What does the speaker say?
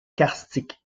karstiques